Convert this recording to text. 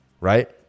right